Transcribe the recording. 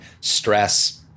stress